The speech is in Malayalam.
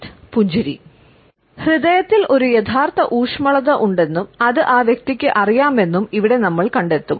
അതിനാൽ ഹൃദയത്തിൽ ഒരു യഥാർത്ഥ ഊഷ്മളത ഉണ്ടെന്നും അത് ആ വ്യക്തിക്ക് അറിയാമെന്നും ഇവിടെ നമ്മൾ കണ്ടെത്തും